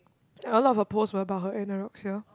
a lot of her posts were about her anorexia